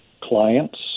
clients